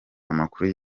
amakuru